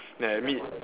and meet